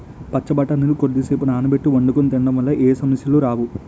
పచ్చి బఠానీలు కొద్దిసేపు నానబెట్టి వండుకొని తినడం వల్ల ఏ సమస్యలు రావు